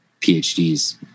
phds